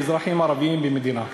האזרחים הערבים במדינה,